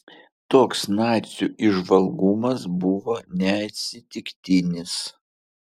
toks nacių įžvalgumas buvo neatsitiktinis